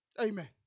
Amen